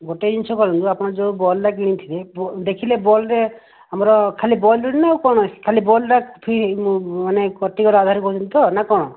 ଗୋଟେ ଜିନିଷ କରନ୍ତୁ ଆପଣ ଯୋଉ ବଲ୍ବ୍ଟ କିଣିଥିବେ ବ ଦେଖିଲେ ବଲ୍ବ୍ରେ ଆମର ଖାଲି ବଲ୍ବ୍ ଜଳୁନି ନା ଆଉ କ'ଣ ଖାଲି ବଲ୍ବ୍ ଖାଲି ବଲ୍ବ୍ ଟା ମାନେ କଟିଗଲା ଅଧାରୁ କହୁଛନ୍ତି ତ ନା କ'ଣ